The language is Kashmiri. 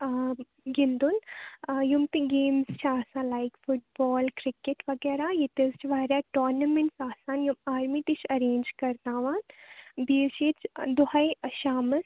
آ گِنٛدُن آ یِم تہِ گیمٕز چھِ آسان لایِک فُٹ بال کٕرکیٚٹ وَغیٚرَہ ییٚتہِ حظ چھِ واریاہ ٹورنامیٚنٛٹ آسان یِم آرمی تہِ چھِ اَرینٛج کَرناوان بیٚیہِ حظ چھِ ییٚتہِ دۅہے شامَس